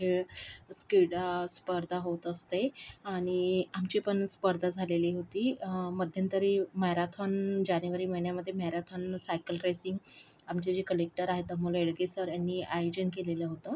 खेळ क्रीडा स्पर्धा होत असते आणि आमची पण स्पर्धा झालेली होती मध्यंतरी मॅरॅथॉन जानेवारी महिन्यामध्ये मॅरॅथॉन सायकल रेसिंग आमचे जे कलेक्टर आहेत अमोल एडगे सर यांनी आयोजन केलेलं होतं